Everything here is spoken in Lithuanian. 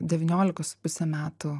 devyniolikos su puse metų